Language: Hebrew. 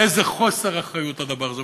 איזה חוסר אחריות הדבר הזה.